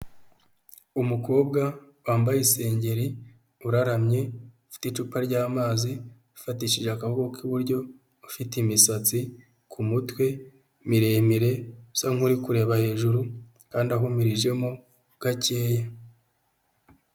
Umukobwa wambaye isengeri uraramye, ufite icupa ry'amazi, ufatishije akaboko k'iburyo, ufite imisatsi ku mutwe miremire usa nk'uri kureba hejuru kandi ahumirijemo gakeya.